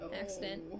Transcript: accident